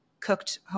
cooked